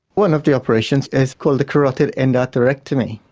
one of the operations is called the carotid endarterectomy,